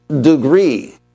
degree